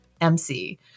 MC